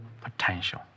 potential